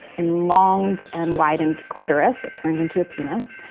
enlonged and widened clitoris that turned into a penis,